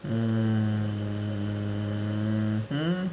mmhmm